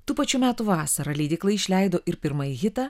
tų pačių metų vasarą leidykla išleido ir pirmąjį hitą